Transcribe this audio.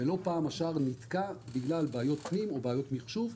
ולא פעם השער נתקע בגלל בעיות פנים או בעיות מחשוב.